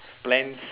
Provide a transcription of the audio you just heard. plans